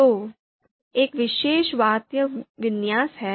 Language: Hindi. तो एक विशेष वाक्यविन्यास है